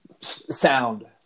sound